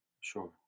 Sure